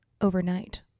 Overnight